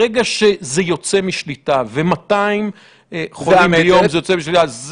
ברגע שזה יוצא משליטה ו-200 חולים ביום זה יוצא משליטה.